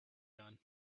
done